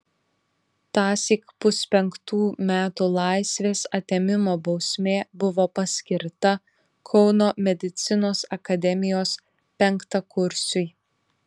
tąsyk puspenktų metų laisvės atėmimo bausmė buvo paskirta kauno medicinos akademijos penktakursiui